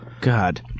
God